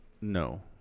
No